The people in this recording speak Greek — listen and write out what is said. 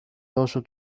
δώσω